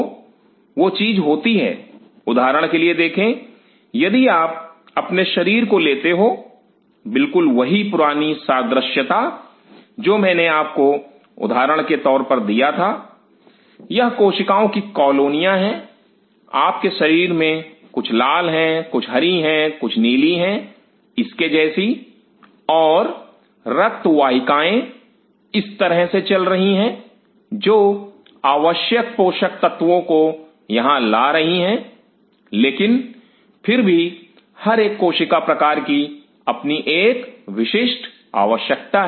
तो वह चीज होती है उदाहरण के लिए देखें यदि आप अपने शरीर को लेते हो बिल्कुल वही पुरानी सादृश्यता जो मैंने आपको उदाहरण के तौर पर दिया था यह कोशिकाओं की कालोनियां हैं आपके शरीर में कुछ लाल हैं कुछ हरी हैं कुछ नीली हैं इसके जैसी और रक्त वाहिकाएं इस तरह से चल रही हैं जो आवश्यक पोषक तत्वों को यहां ला रही हैं लेकिन फिर भी हर एक कोशिका प्रकार की अपनी एक विशिष्ट आवश्यकता है